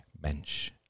bench